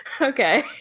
okay